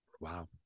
Wow